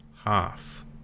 half